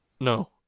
No